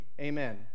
Amen